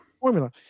formula